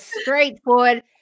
straightforward